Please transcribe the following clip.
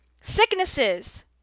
sicknesses